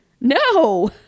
No